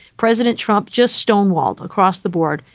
president trump just stonewalled across the board.